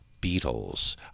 Beatles